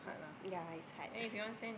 ya it's hard